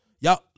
Y'all